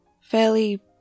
Fairly